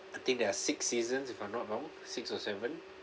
I think there are six seasons if I'm not wrong six or seven